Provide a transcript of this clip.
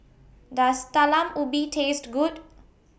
Does Talam Ubi Taste Good